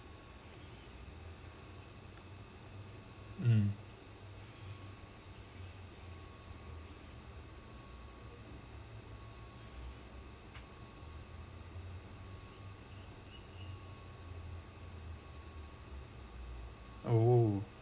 mm oh